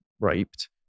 raped